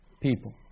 People